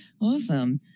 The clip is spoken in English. Awesome